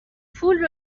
پول